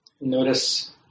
Notice